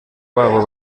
babo